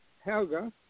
Helga